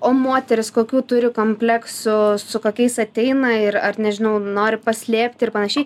o moterys kokių turi kompleksų su kokiais ateina ir ar nežinau nori paslėpti ir panašiai